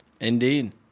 Indeed